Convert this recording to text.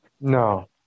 No